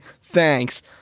Thanks